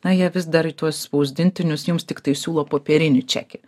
na jie vis dar į tuos spausdintinius jums tiktai siūlo popierinį čekį